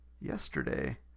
yesterday